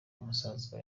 musaza